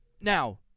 now